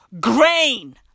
Grain